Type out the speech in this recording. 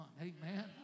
Amen